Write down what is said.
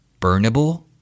Burnable